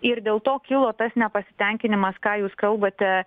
ir dėl to kilo tas nepasitenkinimas ką jūs kalbate